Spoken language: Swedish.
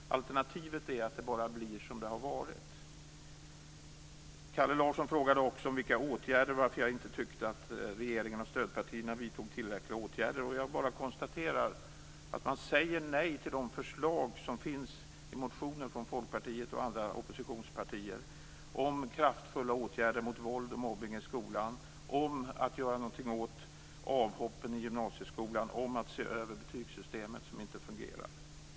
Alternativet är att det bara blir som det har varit. Kalle Larsson frågade också varför jag inte tyckte att regeringen och stödpartierna vidtog tillräckliga åtgärder. Jag konstaterar bara att man säger nej till de förslag som finns i motioner från Folkpartiet och andra oppositionspartier om kraftfulla åtgärder mot våld och mobbning i skolan, om att göra någonting åt avhoppen i gymnasieskolan, om att se över betygssystemet, som inte fungerar.